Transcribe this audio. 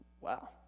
Wow